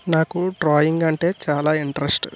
నాకు డ్రాయింగ్ అంటే చాలా ఇంట్రెస్ట్